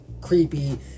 creepy